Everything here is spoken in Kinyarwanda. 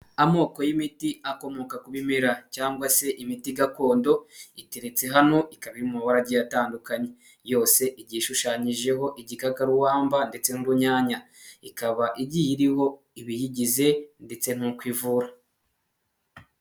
Amoko y'imiti akomoka ku bimera cyangwa se imiti gakondo, iteretse hano, ikaba iri mu mabara atandukanye, yose igiye ishushanyijeho igikakarubamba ndetse n'urunyanya, ikaba igiye iriho ibiyigize ndetse n'uko ivura.